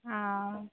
অঁ